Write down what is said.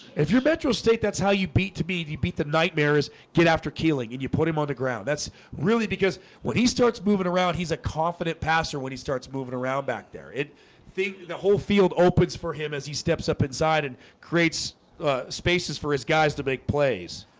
if you're metro state that's how you beat to be if you beat the nightmare is get after kealing and you put him on the ground that's really because what he starts moving around he's a confident passer when he starts moving around back there it think the whole field opens for him as he steps up inside and creates spaces for his guys to make plays.